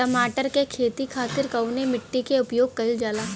टमाटर क खेती खातिर कवने मिट्टी के उपयोग कइलजाला?